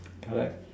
correct